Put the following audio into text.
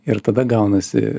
ir tada gaunasi